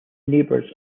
neighbours